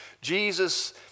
Jesus